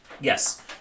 Yes